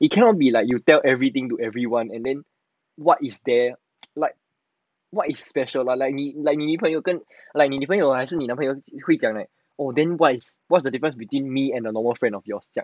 it cannot be like you tell everything to everyone and then what is there like what is special like 你 like 你女朋友跟 like 你女朋友还是你的朋友会讲 that oh then what's the different between me and the lower friend of yours 这样